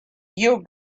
your